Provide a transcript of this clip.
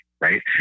right